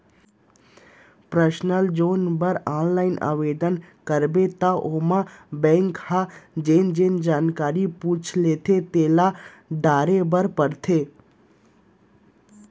personal loan बर online आबेदन करबे त ओमा बेंक ह जेन जेन जानकारी पूछथे तेला डारे बर परथे